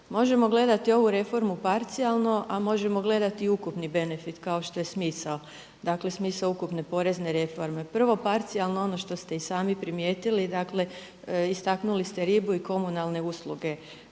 Možemo gledati ovu reformu parcijalno a možemo gledati i ukupni benefit kao što je smisao, dakle smisao ukupne porezne reforme. Prvo, parcijalno ono što ste i sami primijetili, dakle istaknuli ste ribu i komunalne usluge